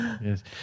Yes